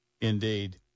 Indeed